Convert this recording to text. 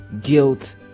guilt